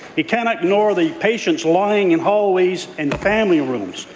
he cannot ignore the patients lying in hallways and family rooms.